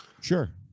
Sure